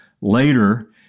later